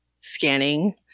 Scanning